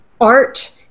art